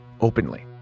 openly